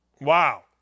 Wow